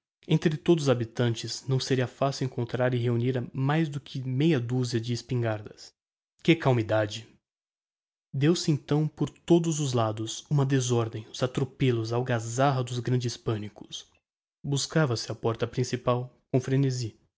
entre todos os habitantes não seria facil encontrar e reunir mais de meia duzia de espingardas que calamidade deu-se então por todos os lados uma desordem os atropellos a algazarra dos grandes panicos buscava se a porta principal com fernesi